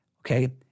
Okay